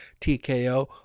TKO